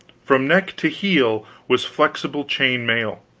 from neck to heel, was flexible chain mail,